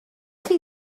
chi